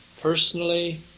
Personally